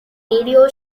radio